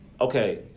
okay